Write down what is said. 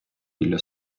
біля